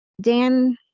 Dan